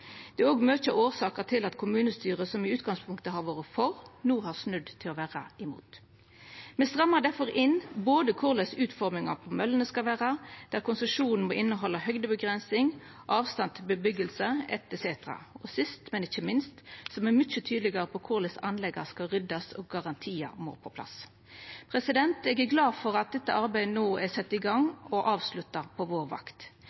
Dette er også mykje av årsaka til at kommunestyre som i utgangspunktet har vore for, no har snudd til å vera imot. Me strammar difor inn både korleis utforminga på møllene skal vera, der konsesjonen må innehalda avgrensing av høgde, avstand til bustadar etc. Og sist, men ikkje minst er me mykje tydelegare på korleis anlegget skal ryddast, og at garantiar må på plass. Eg er glad for at dette arbeidet no er sett i gang og avslutta på vår vakt.